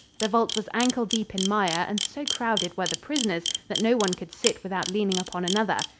the vault was ankle deep in mire and so crowded were the prisoners that no one could sit without leaning upon another.